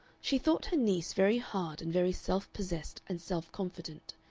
she thought her niece very hard and very self-possessed and self-confident.